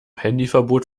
handyverbot